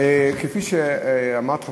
כפי שאמרת,